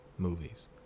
movies